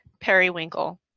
Periwinkle